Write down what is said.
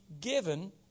given